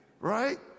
Right